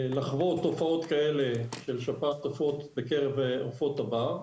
לחוות תופעות כאלה של שפעת עופות בקרב עופות הבר.